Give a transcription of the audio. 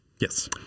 Yes